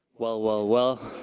well, well, well.